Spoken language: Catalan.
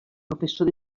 professor